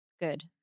Good